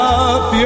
up